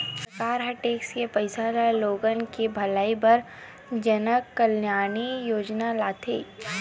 सरकार ह टेक्स के पइसा ल लोगन के भलई बर जनकल्यानकारी योजना लाथे